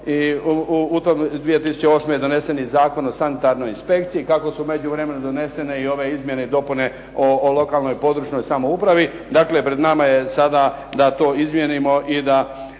I 2008. je donesen Zakon o sanitarnoj inspekciji, kako su u međuvremenu donesene Izmjene i dopune o lokalnoj područnoj samoupravi. Dakle, pred nama je sada da to izmjenimo i da